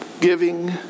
giving